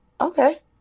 Okay